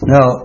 Now